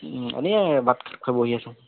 আমি এই ভাত খাই বহি আছোঁ